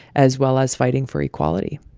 as well as fighting for equality,